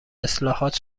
اصلاحات